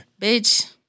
bitch